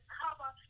cover